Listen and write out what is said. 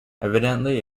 evidently